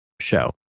show